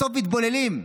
בסוף מתבוללים.